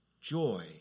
joy